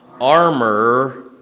Armor